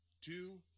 Two